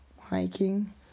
hiking